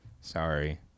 Sorry